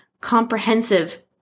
comprehensive